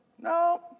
No